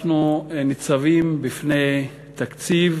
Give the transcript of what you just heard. אנחנו ניצבים בפני תקציב